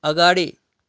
अगाडि